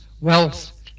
wealth